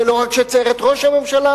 ולא רק שציער את ראש הממשלה,